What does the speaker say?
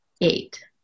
eight